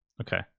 Okay